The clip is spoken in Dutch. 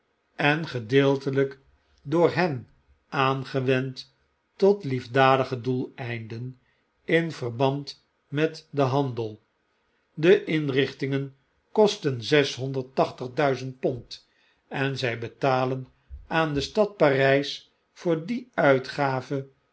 en gedeeltelgk door hen aangewend tot liefdadige doeleinden in verband met den handel de inrichtingen kosten zeshonderd tachtig duizend pond en zy betalen aan de stad parijs voor die uitgave